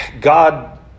God